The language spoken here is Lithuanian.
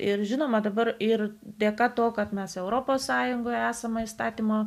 ir žinoma dabar ir dėka to kad mes europos sąjungoje esama įstatymo